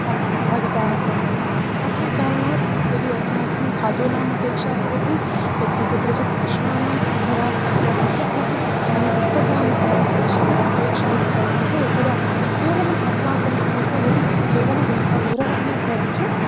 app आगताः सन्ति अतः कारणात् यदि अस्माकं धातूनामपेक्षा भवति यत्र कुत्रचित् प्रश्नानाम् अथवा महत् महत् यानि पुस्तकानि सन्ति तेषाम् अपेक्षा यत्र वर्तते तदा केवलम् अस्माकं समीपे यदि केवलम् एका दूरवाणी भवति चेत्